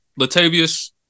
Latavius